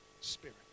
Spirit